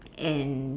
and